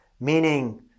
meaning